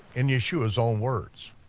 in yeshua's own words.